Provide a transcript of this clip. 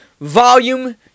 Volume